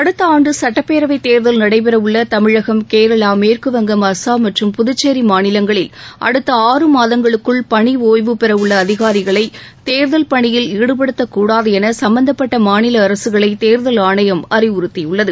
அடுத்த ஆண்டு சட்டப்பேரவைத் தேர்தல் நடைபெற உள்ள தமிழகம் கேரளா மேற்கு வங்கம் அஸ்ஸாம் மற்றும் புதுச்சேரி மாநிலங்களில் அடுத்த ஆறு மாதங்களுக்குள் பணி ஒய்வு பெற உள்ள அதிகாரிகளை தேர்தல் பணியில் ஈடுபடுத்தக் கூடாது என சம்பந்தப்பட்ட மாநில அரசுகளை தேர்தல் ஆணையம் அறிவுறத்தியுள்ளது